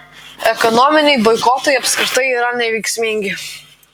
ekonominiai boikotai apskritai yra neveiksmingi